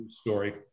story